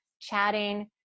chatting